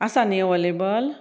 आसा न्ही अवलेबल